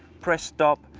press stop,